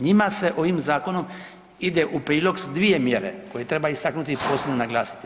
Njima se ovim zakonom ide u prilog s dvije mjere koje treba istaknuti i posebno naglasiti.